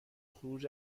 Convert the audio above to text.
خروج